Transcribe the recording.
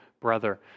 brother